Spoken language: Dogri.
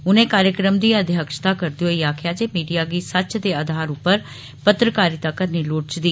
उनें कार्जक्रम दी अध्यक्षता करदे होई आक्खेआ जे मीडिया गी सच दे अधार उप्पर पत्रकारिता करनी लोड़चदी